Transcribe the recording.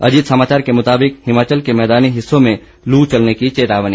अजीत समाचार के मुताबिक हिमाचल के मैदानी हिस्सों में लू चलने की चेतावनी